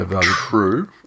True